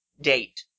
date